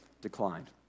declined